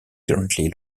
currently